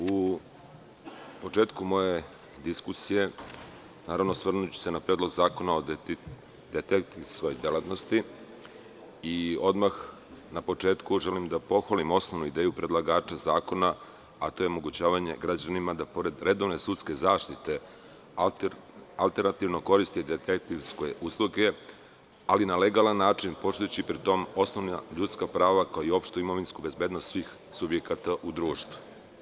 U početku diskusije ću se osvrnuti na Predlog zakona o detektivskoj delatnosti i odmah na početku želim da pohvalim osnovnu ideju predlagača zakona, a to je omogućavanje građanima da pored redovne sudske zaštite alternativno koriste detektivske usluge, ali na legalan način, poštujući osnovna ljudska prava kao i opštu imovinsku bezbednost svih subjekata u društvu.